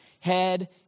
head